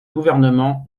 gouvernement